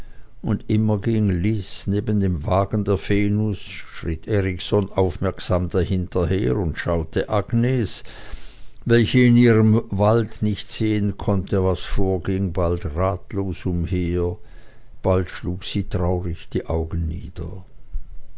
und immer ging lys neben dem wagen der venus schritt erikson aufmerksam dahinter her und schaute agnes welche in ihrem walde nicht sehen konnte was vorging bald ratlos umher bald schlug sie traurig die augen nieder